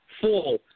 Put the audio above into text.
full